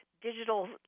digital